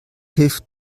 hilft